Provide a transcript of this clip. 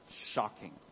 shocking